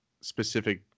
specific